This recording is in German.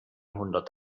hundert